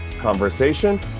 conversation